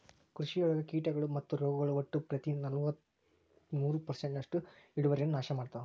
ಕೃಷಿಯೊಳಗ ಕೇಟಗಳು ಮತ್ತು ರೋಗಗಳು ಒಟ್ಟ ಪ್ರತಿ ವರ್ಷನಲವತ್ತು ಪರ್ಸೆಂಟ್ನಷ್ಟು ಇಳುವರಿಯನ್ನ ನಾಶ ಮಾಡ್ತಾವ